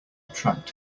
attract